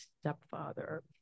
stepfather